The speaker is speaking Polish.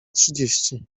trzydzieści